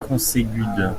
conségudes